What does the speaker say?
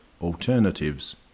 Alternatives